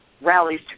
rallies